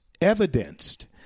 evidenced